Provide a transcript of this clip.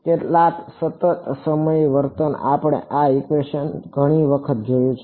કેટલાક સતત સમય વર્તમાન આપણે આ ઇક્વેશન ઘણી વખત જોયું છે